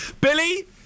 Billy